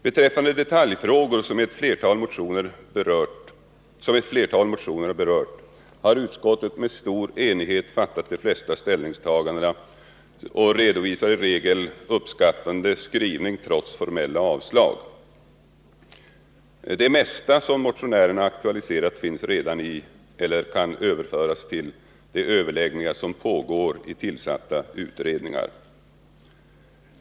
Vad gäller detaljfrågor som ett flertal motioner berört har utskottet gjort de flesta ställningstagandena med stor enighet och redovisar i regel uppskattande skrivning trots formella avslag. Det mesta som motionärerna aktualiserar finns redan med i eller kan överföras till de överläggningar som pågår i tillsatta utredningar.